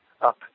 up